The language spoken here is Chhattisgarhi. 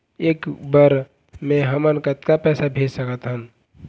एक बर मे हमन कतका पैसा भेज सकत हन?